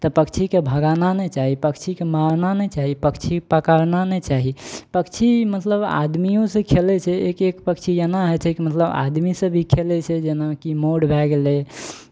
तऽ पक्षीकेँ भगाना नहि चाही पक्षीकेँ मारना नहि चाही पक्षी पकड़ना नहि चाही पक्षी मतलब आदमियोसँ खेलै छै एक एक पक्षी एना होइ छै कि मतलब आदमीसँ भी खेलै छै जेनाकि मोर भए गेलै